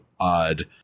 odd